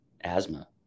asthma